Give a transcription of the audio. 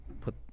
put